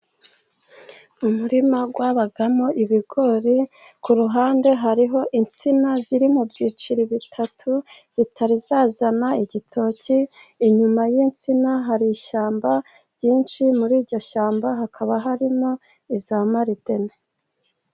Umurima wabagamo ibigori, ku ruhande hariho insina ziri mu byiciro bitatu zitari zazana igitoki. Inyuma y'insina hari ishyamba ryinshi, muri iryo shyamba hakaba harimo iza maretine.